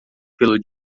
pelo